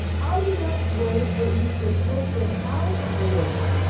i do not pray that you should take them out of the world,